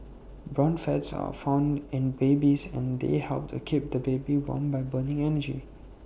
brown fats are found in babies and they help to keep the baby warm by burning energy